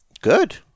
Good